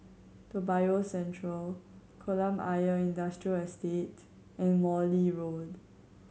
Toa Payoh Central Kolam Ayer Industrial Estate and Morley Road